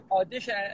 audition